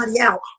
out